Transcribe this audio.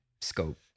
scope